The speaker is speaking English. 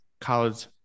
college